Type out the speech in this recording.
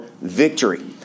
victory